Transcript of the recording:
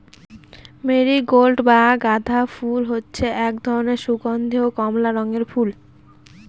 marigold বা গাঁদা ফুল হচ্ছে এক ধরনের সুগন্ধীয় কমলা রঙের ফুল